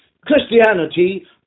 Christianity